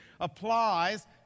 applies